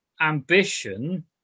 ambition